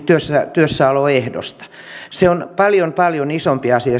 työssäoloehdosta se on paljon paljon isompi asia